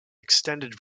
extended